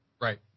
Right